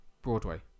Broadway